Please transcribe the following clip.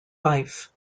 fife